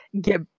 get